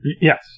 Yes